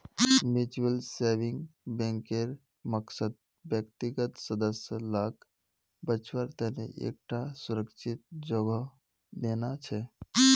mutual savings बैंकेर मकसद व्यक्तिगत सदस्य लाक बच्वार तने एक टा सुरक्ष्हित जोगोह देना छे